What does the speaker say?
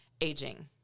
aging